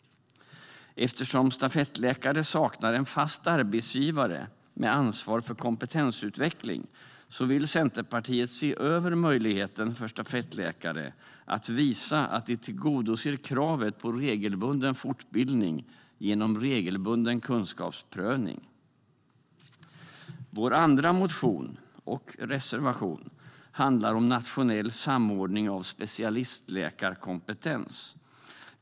Eftersom stafettläkare saknar fast arbetsgivare med ansvar för kompetensutveckling vill Centerpartiet se över möjligheten för stafettläkare att genom regelbunden kunskapsprövning visa att de tillgodoser kravet på regelbunden fortbildning. Vår andra motion och reservation handlar om nationell samordning av specialistläkarkompetens.